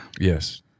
Yes